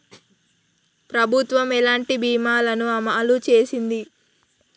ప్రభుత్వం ఎలాంటి బీమా ల ను అమలు చేస్తుంది?